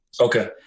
Okay